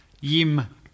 yim